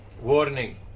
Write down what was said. Warning